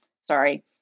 sorry